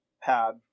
pad